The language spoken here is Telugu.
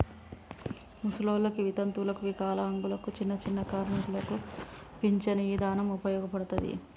ముసలోల్లకి, వితంతువులకు, వికలాంగులకు, చిన్నచిన్న కార్మికులకు పించను ఇదానం ఉపయోగపడతది